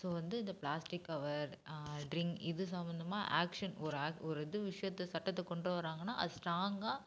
so வந்து இந்த plastic cover drink இது சம்மந்தமாக ஆக்ஷன் ஒரு ஆக் ஒரு இது விஷயத்தை சட்டத்தை கொண்டு வராங்கன்னா அது ஸ்ட்ராங்காக